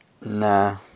Nah